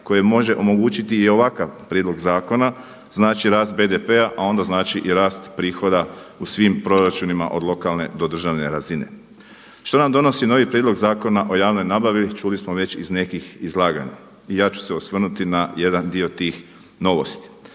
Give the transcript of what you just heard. koje može omogućiti i ovakav prijedlog zakona, znači rast BDP-a, a onda znači i rast prihoda u svim proračunima od lokalne do državne razine. Što nam donosi novi Prijedlog zakona o javnoj nabavi čuli smo već iz nekih izlaganja i ja ću se osvrnuti na jedan dio tih novosti.